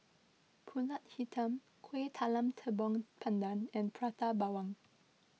Pulut Hitam Kueh Talam Tepong Pandan and Prata Bawang